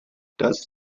das